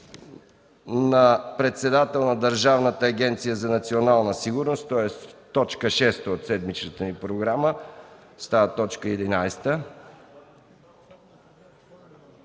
на председател на Държавната агенция „Национална сигурност“, тоест т. 6 от седмичната ни програма става т. 11;